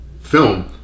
film